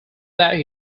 that